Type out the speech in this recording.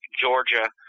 Georgia